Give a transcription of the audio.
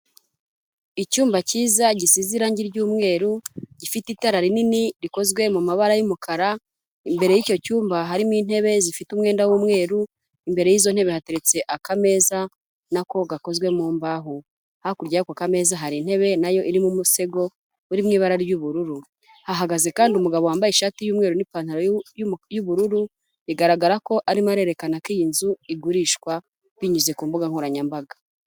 Icyumba cyiza gisize irangi ry'umweru, gifite itara rinini rikozwe mu mabara y'umukara. Imbere y'icyo cyumba harimo intebe zifite umwenda w'umweru, imbere y'izo ntebe yateretse akameza n'ako gakozwe mu mbaho. Hakurya yako kameza hari intebe nayo irimo umusego uri mu ibara ry'ubururu. Hahagaze kandi umugabo wambaye ishati y'umweru n'ipantaro y'ubururu. Bigaragara ko arimo arerekana ko iyi nzu igurishwa binyuze ku mbuga nkoranyambaga.